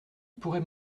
pourrait